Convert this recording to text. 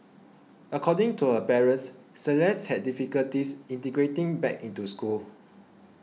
according to her parents Celeste had difficulties integrating back into school